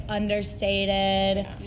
understated